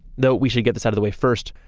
now, we should get this out of the way first,